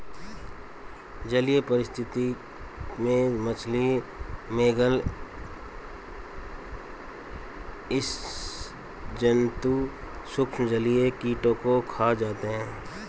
जलीय पारिस्थितिकी में मछली, मेधल स्सि जन्तु सूक्ष्म जलीय कीटों को खा जाते हैं